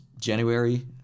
january